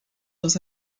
dans